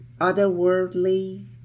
otherworldly